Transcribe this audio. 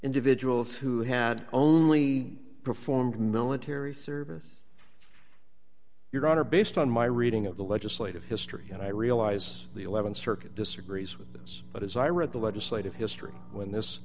individuals who had only performed military service your honor based on my reading of the legislative history and i realize the th circuit disagrees with this but as i read the legislative history when this